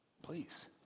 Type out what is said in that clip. please